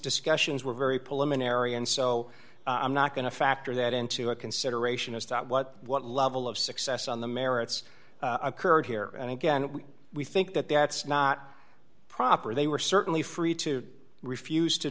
discussions were very pull him an area and so i'm not going to factor that into a consideration as to what what level of success on the merits occurred here and again we think that that's not proper they were certainly free to refuse to